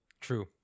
true